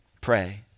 pray